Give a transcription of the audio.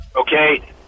okay